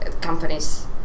companies